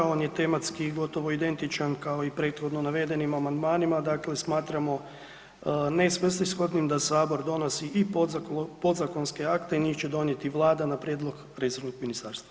On je tematski gotovo identičan kao i prethodno navedenim amandmanima, dakle smatramo nesvrsishodnim da Sabor donosi i podzakonske akte, njih će donijeti Vlada na prijedlog resornog ministarstva.